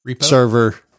server